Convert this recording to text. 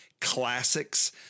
Classics